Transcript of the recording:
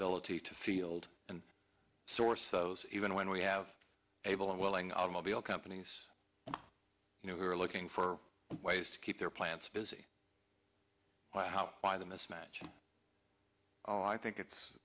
ability to field and source of those even when we have able and willing automobile companies you know who are looking for ways to keep their plants busy how why the mismatch oh i think it's